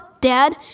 dad